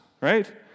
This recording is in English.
right